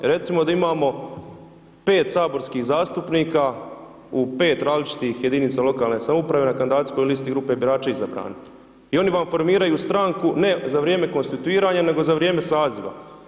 Recimo da imamo 5 saborskih zastupnika u 5 različitih jedinica lokalne samouprave na kandidacijskoj listi grupe birača izabran i oni vam formiraju stranku, ne za vrijeme konstituiranja, nego za vrijeme saziva.